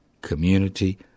community